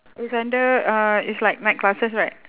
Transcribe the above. it's under uh it's like night classes right